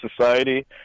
society